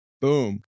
Boom